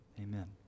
Amen